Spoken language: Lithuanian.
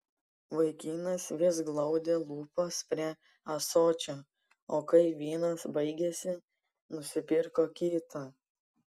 vaikinas vis glaudė lūpas prie ąsočio o kai vynas baigėsi nusipirko kitą